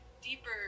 deeper